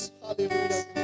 hallelujah